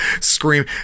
scream